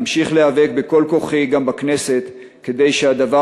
אמשיך להיאבק בכל כוחי גם בכנסת כדי שהדבר